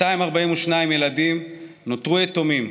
242 ילדים נותרו יתומים,